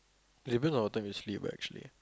they burn our time to sleep what actually